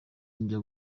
njya